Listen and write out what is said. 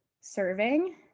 serving